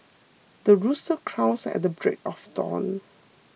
the rooster crows at the break of dawn